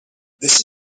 this